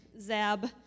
Zab